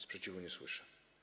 Sprzeciwu nie słyszę.